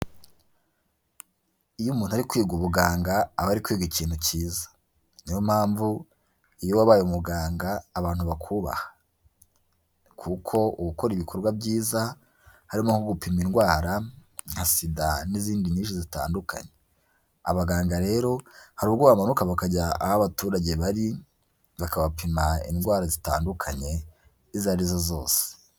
Iyo umuntu ari kwiga ubuganga aba ari kwiga ikintu cyiza. Niyo mpamvu iyo uwabaye umuganga abantu bakubaha kuko una ukora ibikorwa byiza, harimo nko gupima indwara nka SIDA n'izindi nyinshi zitandukanye. Abagangada rero hari ubwo bamanuka bakajya aho abaturage bari, bakabapima indwara zitandukanye izo arizo zose.